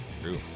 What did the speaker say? True